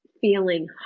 feeling